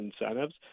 incentives